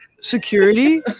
Security